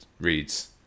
reads